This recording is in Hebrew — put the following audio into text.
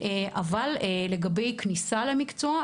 אבל לגבי כניסה למקצוע,